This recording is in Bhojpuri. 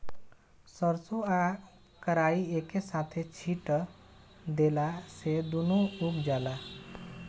सरसों आ कराई एके साथे छींट देला से दूनो उग जाला